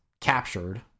captured